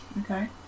Okay